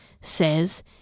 says